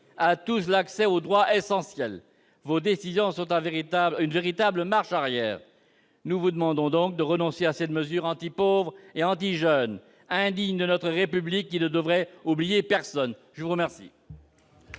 à tous l'accès aux droits essentiels. Vos décisions sont une véritable marche arrière. Nous vous demandons donc de renoncer à cette mesure anti-pauvres et anti-jeunes, indigne de notre République, qui ne devrait oublier personne. Mon cher